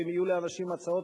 ואם יהיו לאנשים הצעות,